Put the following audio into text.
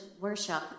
worship